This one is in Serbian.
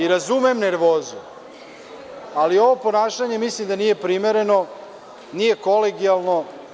Razumem nervoznu, ali ovo ponašanje mislim da nije primereno, nije kolegijalno.